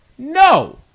No